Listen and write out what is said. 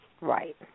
right